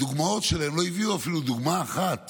בדוגמאות שלהם לא הביאו אפילו דוגמה אחת